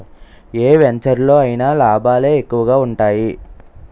ఏ వెంచెరులో అయినా లాభాలే ఎక్కువగా ఉంటాయి